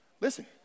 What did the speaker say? Listen